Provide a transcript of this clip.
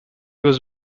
was